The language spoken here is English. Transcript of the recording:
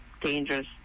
Dangerous